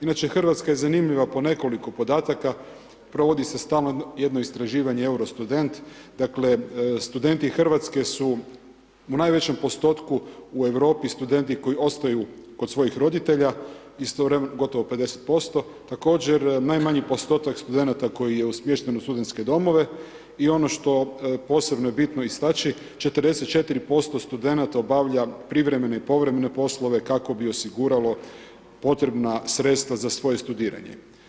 Inače Hrvatska je zanimljiva po nekoliko podataka provodi se stalno jedno istraživanje euro student, dakle studenti Hrvatske su u najvećem postotku u Europi studenti koji ostaju kod svojih roditelja gotovo 50%, također najmanji postotak studenata koji je smješten u studentske domove i ono što posebno je bitno istači 44% studenata obavlja privremene i povremene poslove kako bi osiguralo potrebna sredstva za svoje studiranje.